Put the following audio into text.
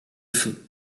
feu